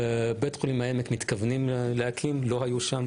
בבית חולים העמק מתכוונים להקים, לא היו שם